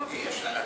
אי-אפשר.